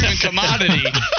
commodity